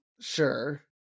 Sure